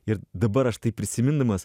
ir dabar aš tai prisimindamas